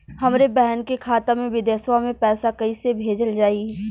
हमरे बहन के खाता मे विदेशवा मे पैसा कई से भेजल जाई?